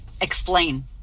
Explain